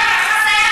שטחית.